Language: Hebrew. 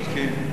מסכים.